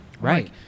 Right